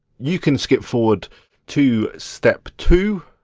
you can skip forward to step two.